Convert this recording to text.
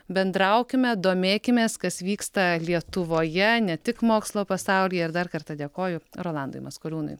bendraukime domėkimės kas vyksta lietuvoje ne tik mokslo pasaulyje ir dar kartą dėkoju rolandui maskoliūnui